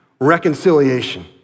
reconciliation